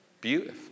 beautiful